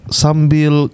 sambil